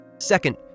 Second